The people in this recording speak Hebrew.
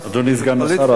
אדוני סגן השר,